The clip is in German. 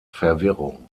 verwirrung